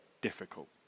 difficult